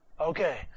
Okay